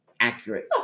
accurate